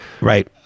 Right